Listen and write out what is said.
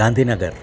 Gandhinagar